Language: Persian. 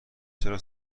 چرا